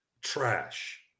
trash